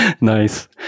Nice